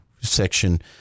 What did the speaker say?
section